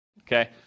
okay